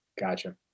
Gotcha